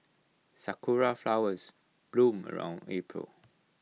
Sakura Flowers bloom around April